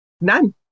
None